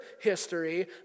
history